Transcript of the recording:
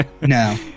No